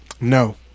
no